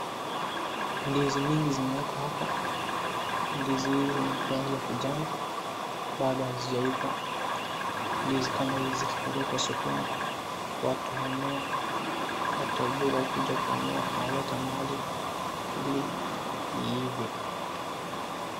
Ndizi mingi zimeekwa hapa. Ndizi hizi ni rangi ya kijani, bado hazijaiva. Ndizi kama hizi zikipelekwa sokoni, watu ununua, watu wa bure hukuja kununua na uweka mahali ili iive.